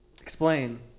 Explain